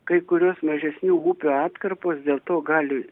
kai kurios mažesnių upių atkarpos dėl to gali